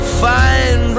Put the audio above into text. find